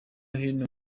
hino